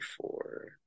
four